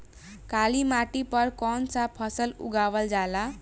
काली मिट्टी पर कौन सा फ़सल उगावल जाला?